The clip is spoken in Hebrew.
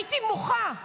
הייתי מוחה,